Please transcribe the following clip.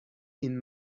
این